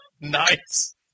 Nice